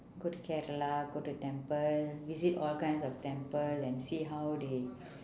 go to kerala go to temple visit all kinds of temple and see how they